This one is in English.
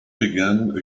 began